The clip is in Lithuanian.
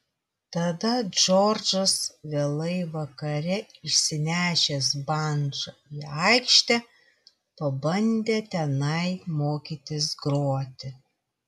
tada džordžas vėlai vakare išsinešęs bandžą į aikštę pabandė tenai mokytis groti